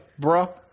bruh